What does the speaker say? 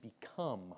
become